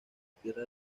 tierra